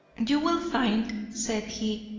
you will find said he,